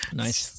nice